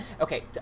Okay